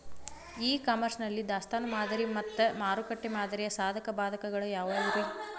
E commerce ನಲ್ಲಿ ದಾಸ್ತಾನು ಮಾದರಿ ಮತ್ತ ಮಾರುಕಟ್ಟೆ ಮಾದರಿಯ ಸಾಧಕ ಬಾಧಕಗಳ ಯಾವವುರೇ?